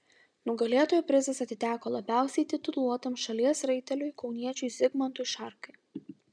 nugalėtojo prizas atiteko labiausiai tituluotam šalies raiteliui kauniečiui zigmantui šarkai